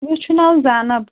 مےٚ چھُ ناو زینَب